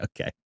okay